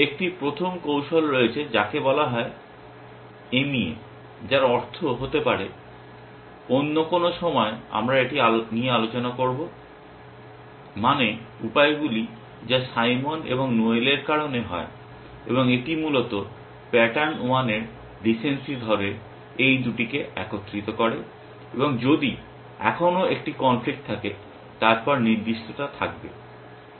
একটি প্রথম কৌশল রয়েছে যাকে বলা হয় mea যার অর্থ হতে পারে অন্য কোনো সময়ে আমরা এটি নিয়ে আলোচনা করব মানে উপায়গুলি যা সাইমন এবং নোয়েলের কারণে হয় এবং এটি মূলত প্যাটার্ন ওয়ানের রিসেনসি ধরে এই দুটিকে একত্রিত করে এবং যদি এখনও একটি কনফ্লিক্ট থাকে তারপর নির্দিষ্টতা থাকবে